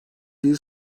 bir